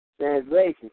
Translation